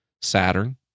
Saturn